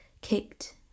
kicked